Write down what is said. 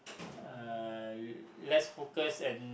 uh less focus and